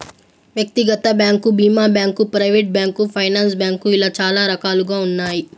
వ్యక్తిగత బ్యాంకు భీమా bank, private bank, finance bank ఇలా చాలా రకాలుగా ఉన్నాయి